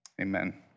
Amen